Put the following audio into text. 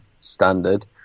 standard